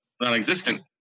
non-existent